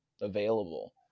available